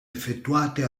effettuate